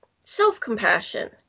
self-compassion